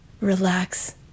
relax